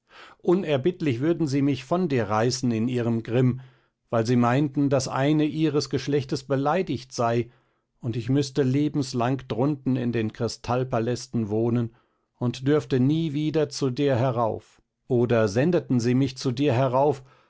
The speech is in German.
unerbittlich würden sie mich von dir reißen in ihrem grimm weil sie meinten daß eine ihres geschlechtes beleidigt sei und ich müßte lebenslang drunten in den kristallpalästen wohnen und dürfte nie wieder zu dir herauf oder sendeten sie mich zu dir herauf